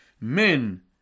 men